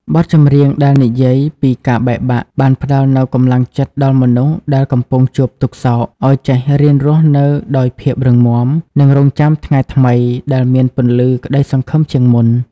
បទចម្រៀងដែលនិយាយពី "ការបែកបាក់" បានផ្ដល់នូវកម្លាំងចិត្តដល់មនុស្សដែលកំពុងជួបទុក្ខសោក ឱ្យចេះរៀនរស់នៅដោយភាពរឹងមាំ និងរង់ចាំថ្ងៃថ្មីដែលមានពន្លឺក្តីសង្ឃឹមជាងមុន។